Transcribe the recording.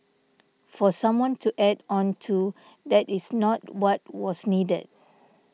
for someone to add on to that is not what was needed